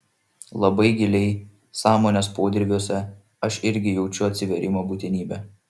labai giliai sąmonės podirviuose aš irgi jaučiu atsivėrimo būtinybę